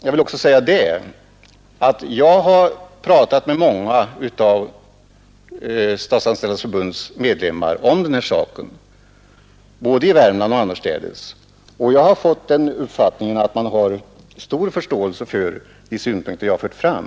Jag har också pratat med många av Statsanställdas förbunds medlemmar om dessa frågor, både i Värmland och annorstädes, och då har jag fått den uppfattningen att man har stor förståelse för de synpunkter som jag fört fram.